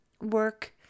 work